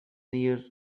near